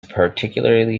particularly